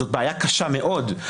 זאת בעיה קשה מאוד,